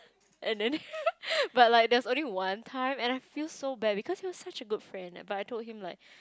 and then but like there was only one time but I feel so bad because he was such a good friend but I told him like